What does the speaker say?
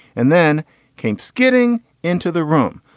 and then came skidding into the room.